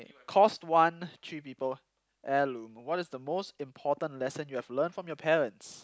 cost one three people heirloom what is the most important lesson that you have learn from your parents